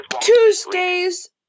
Tuesdays